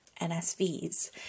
NSVs